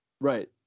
Right